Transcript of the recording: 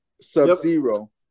sub-zero